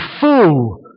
fool